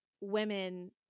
women